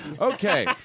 Okay